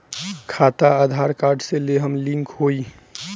खाता आधार कार्ड से लेहम लिंक होई?